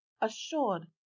assured